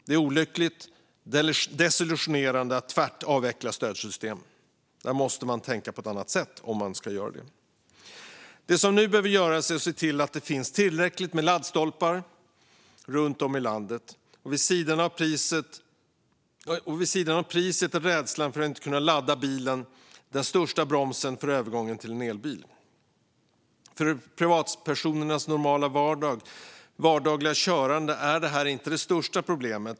Det är olyckligt och desillusionerande att man tvärt avvecklar stödsystem. Man måste tänka på ett annat sätt om man ska göra det. Det som nu behöver göras är att se till att det finns tillräckligt med laddstolpar runt om i landet, för vid sidan av priset är rädslan för att inte kunna ladda bilen den största bromsen för övergången till elbil. För privatpersoners normala vardagliga körande är det inte ett större problem.